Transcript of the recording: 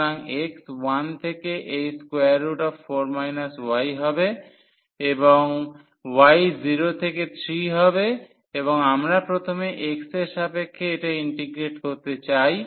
সুতরাং x 1 থেকে এই 4 y হবে এবং y 0 থেকে 3 হবে এবং আমরা প্রথমে x এর সাপেক্ষে এটা ইন্টিগ্রেট করতে চাই